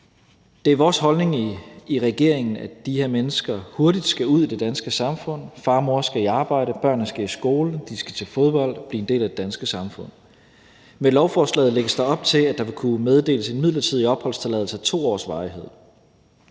Det er vores holdning i regeringen, at de her mennesker hurtigt skal ud i det danske samfund: Far og mor skal i arbejde, børnene skal i skole, og de skal til fodbold og blive en del af det danske samfund. Med lovforslaget lægges der op til, at der vil kunne meddeles en midlertidig opholdstilladelse af 2 års varighed.